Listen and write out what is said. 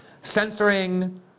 censoring